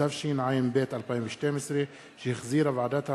התשע"ב 2012, שהחזירה ועדת העבודה,